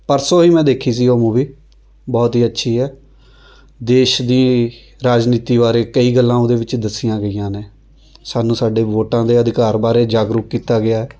ਪਰਸੋਂ ਹੀ ਮੈਂ ਦੇਖੀ ਸੀ ਉਹ ਮੂਵੀ ਬਹੁਤ ਹੀ ਅੱਛੀ ਹੈ ਦੇਸ਼ ਦੀ ਰਾਜਨੀਤੀ ਬਾਰੇ ਕਈ ਗੱਲਾਂ ਉਹਦੇ ਵਿੱਚ ਦੱਸੀਆਂ ਗਈਆਂ ਨੇ ਸਾਨੂੰ ਸਾਡੇ ਵੋਟਾਂ ਦੇ ਅਧਿਕਾਰ ਬਾਰੇ ਜਾਗਰੂਕ ਕੀਤਾ ਗਿਆ